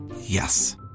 Yes